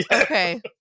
Okay